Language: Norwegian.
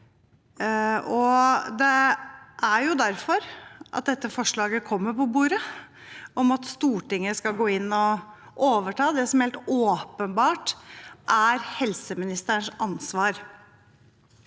Det er derfor dette forslaget kommer på bordet, om at Stortinget skal gå inn og overta det som helt åpenbart er helseministerens ansvar.